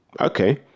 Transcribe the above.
okay